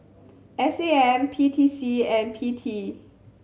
S A M P T C and P T